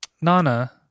Nana